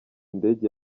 indege